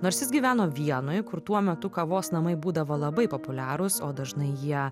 nors jis gyveno vienoj kur tuo metu kavos namai būdavo labai populiarūs o dažnai jie